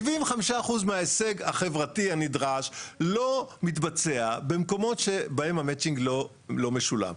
75% מההישג החברתי הנדרש לא מתבצע במקומות בהם המצ'ינג לא משולם.